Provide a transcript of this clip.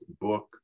book